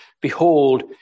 behold